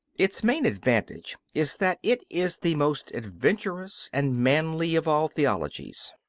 its main advantage is that it is the most adventurous and manly of all theologies.